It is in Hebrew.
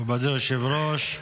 מכובדי היושב-ראש,